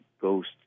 ghost